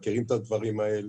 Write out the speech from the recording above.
אנחנו מכירים את הדברים האלה,